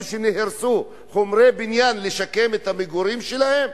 שנהרסו על מנת לשקם את המגורים שלהם?